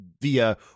via